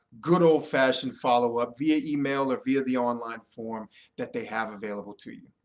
good old-fashioned follow up via email or via the online form that they have available to you.